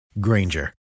Granger